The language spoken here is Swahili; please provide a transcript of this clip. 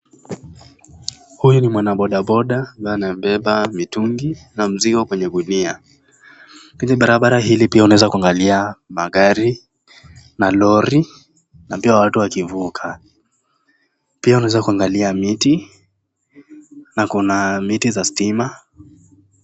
Huyu ni mwanabodaboda ambaye anabeba mitungi na mizigo kwenye gunia. Kwenye barabara hili pia unaweza kuangalia magari na lori na pia watu wanavuka. Pia unaweza kuangalia miti na kuna miti za stima.